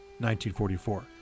1944